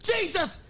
Jesus